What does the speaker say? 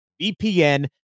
vpn